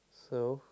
so